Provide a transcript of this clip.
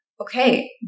okay